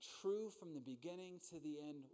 true-from-the-beginning-to-the-end